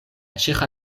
ĉeĥa